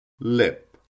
Lip